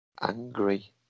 Angry